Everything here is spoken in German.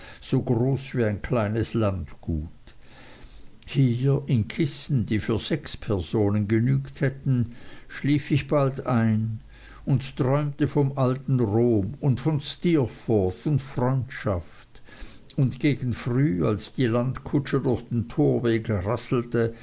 so groß wie ein kleines landgut hier in kissen die für sechs personen genügt hätten schlief ich bald ein und träumte vom alten rom und von steerforth und freundschaft und gegen früh als die landkutsche durch den torweg rasselte